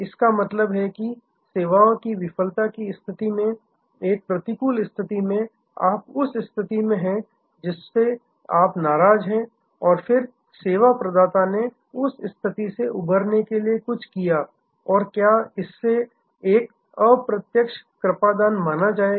इसका मतलब है सेवा की विफलता की स्थिति में एक प्रतिकूल स्थिति में आप उस स्थिति में हैं जिससे आप नाराज हैं और फिर सेवा प्रदाता ने उस स्थिति से उबरने के लिए कुछ किया और क्यों इसे एक अप्रत्यक्ष कृपादान माना जाएगा